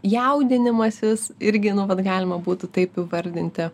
jaudinimasis irgi nu vat galima būtų taip įvardinti